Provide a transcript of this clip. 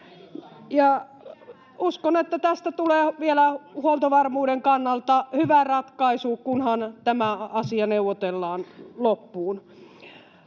Uskon, että tästä tulee vielä huoltovarmuuden kannalta hyvä ratkaisu, kunhan tämä asia neuvotellaan loppuun.